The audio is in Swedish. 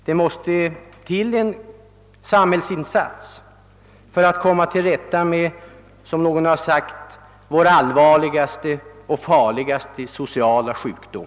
Det måste till en samhällsinsats för att komma till rätta med denna vår som någon har sagt, allvarligaste och farligaste sociala sjukdom.